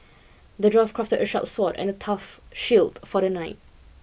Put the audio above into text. the dwarf crafted a sharp sword and a tough shield for the knight